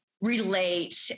relate